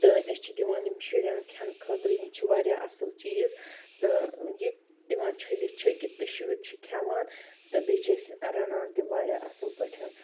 تہٕ أسۍ چھِ دِیوان یِم شُرٮ۪ن کھیٚنہٕ خٲطرٕ یِم چھِ واریاہ اصٕل چیز تہٕ یِم دِوان چھٔلِتھ چھُکِتھ تہٕ شُرۍ چھِ کھیٚوان تہٕ بیٚیہِ چھِ أسۍ رنان تہِ واریاہ اصل پٲٹھۍ